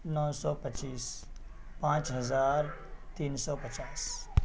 نو سو پچیس پانچ ہزار تین سو پچاس